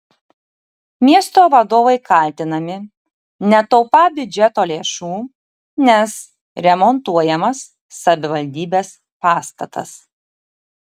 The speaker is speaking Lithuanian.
miesto vadovai kaltinami netaupą biudžeto lėšų nes remontuojamas savivaldybės pastatas